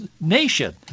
nation